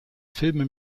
filme